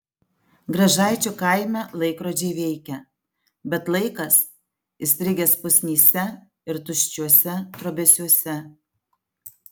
gražaičių kaime laikrodžiai veikia bet laikas įstrigęs pusnyse ir tuščiuose trobesiuose